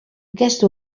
aquest